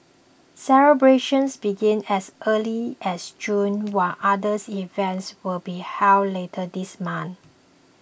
celebrations began as early as June while others events will be held later this month